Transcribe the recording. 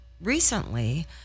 recently